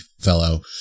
fellow